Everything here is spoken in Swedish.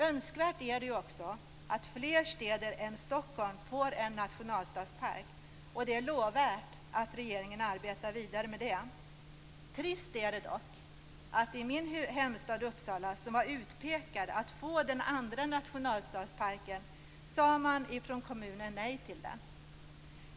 Det är också önskvärt att fler städer än Stockholm får en nationalstadspark. Det är lovvärt att regeringen arbetar vidare med det. Det är dock trist att i min hemstad Uppsala, som var utpekad att få den andra nationalstadsparken, sade kommunen nej till den.